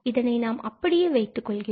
இதனை நாம் அப்படியே வைத்துக்கொள்கிறோம்